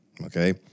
Okay